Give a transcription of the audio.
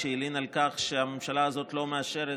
שהלין על כך שהממשלה הזאת לא מאשרת